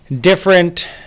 different